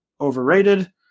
overrated